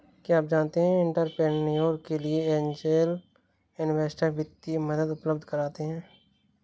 क्या आप जानते है एंटरप्रेन्योर के लिए ऐंजल इन्वेस्टर वित्तीय मदद उपलब्ध कराते हैं?